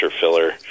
filler